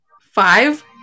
Five